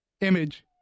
image